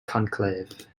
conclave